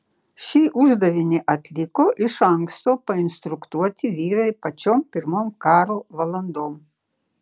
šį uždavinį atliko iš anksto painstruktuoti vyrai pačiom pirmom karo valandom